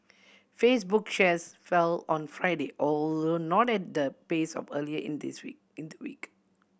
Facebook shares fell on Friday although not at the pace of earlier in this week in the week